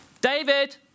David